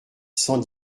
cent